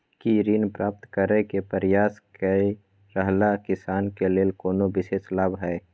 की ऋण प्राप्त करय के प्रयास कए रहल किसान के लेल कोनो विशेष लाभ हय?